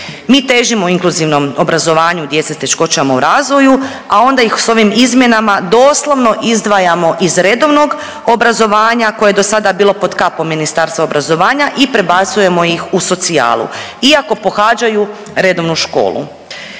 Mi težimo inkluzivnom obrazovanju djece s teškoćama u razvoju, a onda ih s ovim izmjenama doslovno izdvajamo iz redovnog obrazovanja koje je dosada bilo pod kapom Ministarstva obrazovanja i prebacujemo ih u socijalu iako pohađaju redovnu školu,